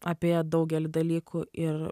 apie daugelį dalykų ir